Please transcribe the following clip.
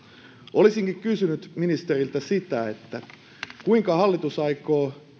olisinkin kysynyt ministeriltä kuinka hallitus aikoo